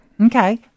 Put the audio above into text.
Okay